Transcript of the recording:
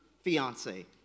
fiance